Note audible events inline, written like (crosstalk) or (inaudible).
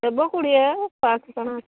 ହେବ କୋଡ଼ିଏ (unintelligible)